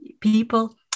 people